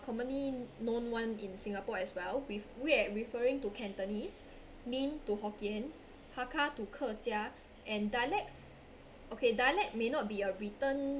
commonly known one in singapore as well with yue referring to cantonese min to hokkien hakka to 客家 and dialects okay dialect may not be a written